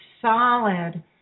solid